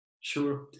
Sure